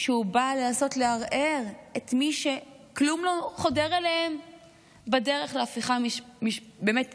שבא לנסות לערער את מי שכלום לא חודר אליהם בדרך להפיכה משטרית